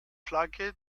flagge